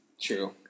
True